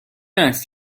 است